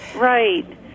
Right